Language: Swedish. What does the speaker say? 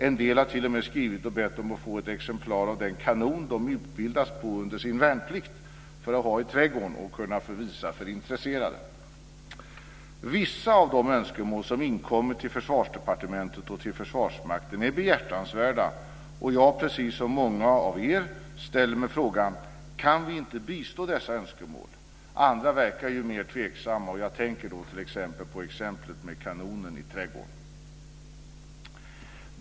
En del har t.o.m. skrivit och bett att få ett exemplar av den kanon de utbildats på under sin värnplikt för att ha i trädgården och kunna visa för intresserade. Vissa av de önskemål som inkommit till Försvarsdepartementet och till Försvarsmakten är behjärtansvärda. Jag, precis som många av er, ställer mig frågan: Kan vi inte bistå dessa önskemål? Andra verkar mer tveksamma; jag tänker då bl.a. på exemplet med kanonen i trädgården.